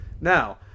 Now